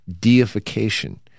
deification